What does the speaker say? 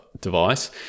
device